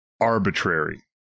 arbitrary